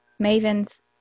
Maven's